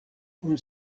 kun